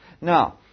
Now